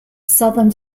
southern